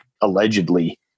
allegedly